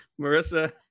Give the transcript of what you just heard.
Marissa